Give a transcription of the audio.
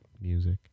Music